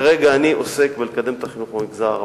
כרגע אני עוסק בלקדם את החינוך במגזר הערבי.